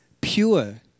pure